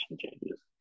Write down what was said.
changes